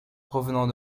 revenant